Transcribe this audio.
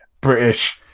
British